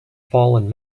fallen